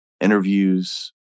interviews